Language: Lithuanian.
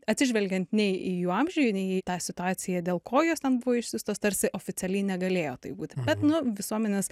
atsižvelgiant ne į jų amžių nei į tą situaciją dėl ko jos ten buvo išsiųstos tarsi oficialiai negalėjo taip būti bet nu visuomenės